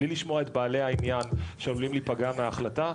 בלי לשמוע את בעלי העניין שעלולים להיפגע מההחלטה,